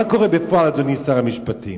מה קורה בפועל, אדוני שר המשפטים?